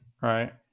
right